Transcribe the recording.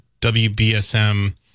WBSM